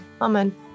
amen